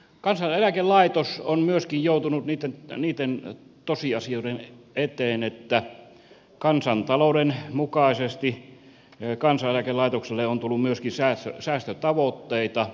kansaneläkelaitos on myöskin joutunut niitten tosiasioiden eteen että kansantalouden mukaisesti myöskin kansaneläkelaitokselle on tullut säästötavoitteita